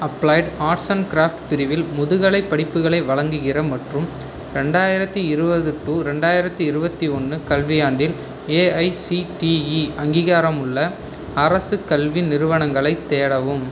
applied arts and crafts பிரிவில் முதுகலைப் படிப்புகளை வழங்குகிற மற்றும் இரண்டாயிரத்து இருபது டு இரண்டாயிரத்து இருபத்து ஒன்று கல்வியாண்டில் ஏஐசிடிஇ அங்கீகாரமுள்ள அரசு கல்வி நிறுவனங்களைத் தேடவும்